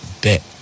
bit